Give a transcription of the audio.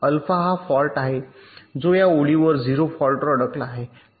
alpha हा fault आहे जो या ओळीवर 0 फॉल्ट वर अडकला आहे